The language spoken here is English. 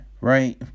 Right